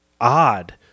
odd